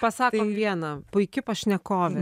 pasakom viena puiki pašnekovė